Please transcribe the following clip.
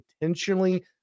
intentionally